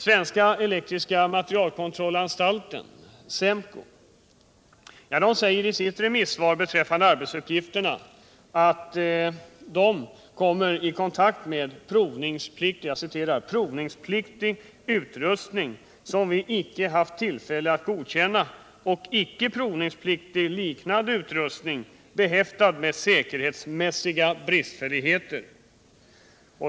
Svenska elektriska kontrollanstalten, SEMKO, säger i sitt remissvar beträffande arbetsuppgifterna att SEMKO kommer i kontakt med ”provningspliktig utrustning som vi icke har haft tillfälle att godkänna och icke prövningspliktig liknande utrustning behäftad med säkerhetsmässiga bristfälligheter.